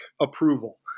approval